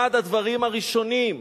אחד הדברים הראשונים,